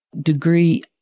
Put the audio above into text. degree